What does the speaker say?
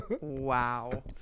Wow